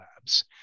labs